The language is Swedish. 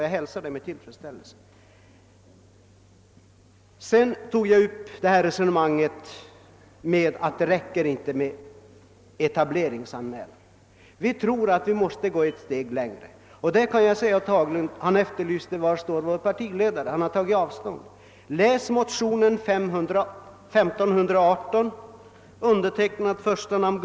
Jag tog också upp resonemanget om att det inte räcker med etableringsanmälan. Vi tror att man måste gå ett steg längre. Herr Haglund efterlyste var vår partiledare står. Läs motionen I1:1518 med Gunnar Hedlund som första namn!